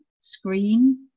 screen